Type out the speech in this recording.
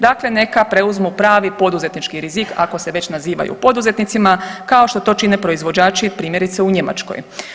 Dakle, neka preuzmu pravi poduzetnički rik ako se već nazivaju poduzetnicima kao što to čine proizvođači primjerice u Njemačkoj.